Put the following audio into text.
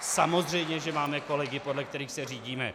Samozřejmě že máme kolegy, podle kterých se řídíme.